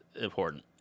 important